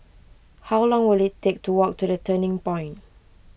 how long will it take to walk to the Turning Point